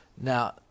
Now